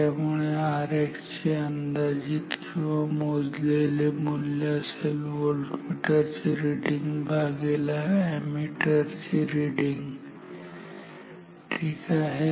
त्यामुळे Rx चे अंदाजीत किंवा मोजलेले मूल्य असेल व्होल्टमीटर ची रिडींग भागेला एमीटर ची रिडींग ठीक आहे